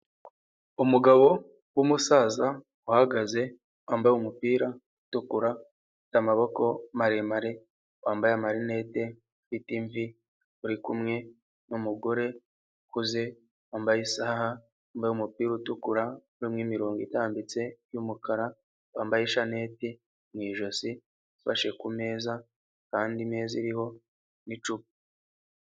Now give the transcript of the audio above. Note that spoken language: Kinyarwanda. Umugabo w'umusaza uhagaze wambaye umupira utukura ufite amaboko maremare, wambaye amarinete, ufite imvi, uri kumwe n'umugore ukuze wambaye isaha, wambaye umupira utukura urimo imirongo itambitse y'umukara, wambaye ishananeti mu ijosi, ufashe ku meza kandi imeza iriho n'icupa.